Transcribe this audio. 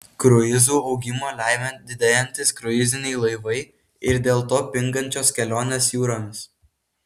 kruizų augimą lemia didėjantys kruiziniai laivai ir dėl to pingančios kelionės jūromis